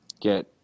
get